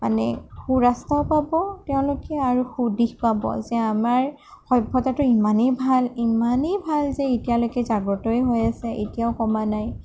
মানে সু ৰাস্তাও পাব তেওঁলোকে আৰু সু দিশ পাব যে আমাৰ সভ্যতাটো ইমানেই ভাল ইমানেই ভাল যে এতিয়ালৈকে জাগ্ৰতই হৈ আছে এতিয়াও কমা নাই